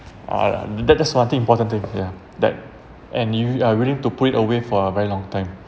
uh that that's one thing important thing yeah that and if you are willing to put it away for a very long time